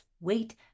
wait